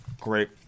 Great